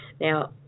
now